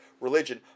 religion